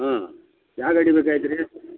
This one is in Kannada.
ಹ್ಞೂ ಯಾವ ಗಾಡಿ ಬೇಕಾಗಿತ್ತು ರೀ